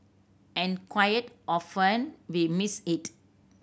and quiet often we missed it